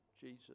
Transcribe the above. Jesus